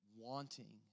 wanting